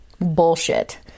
bullshit